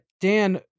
Dan